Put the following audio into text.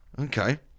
Okay